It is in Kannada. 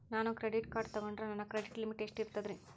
ನಾನು ಕ್ರೆಡಿಟ್ ಕಾರ್ಡ್ ತೊಗೊಂಡ್ರ ನನ್ನ ಕ್ರೆಡಿಟ್ ಲಿಮಿಟ್ ಎಷ್ಟ ಇರ್ತದ್ರಿ?